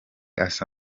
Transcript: asa